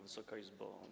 Wysoka Izbo!